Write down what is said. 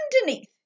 underneath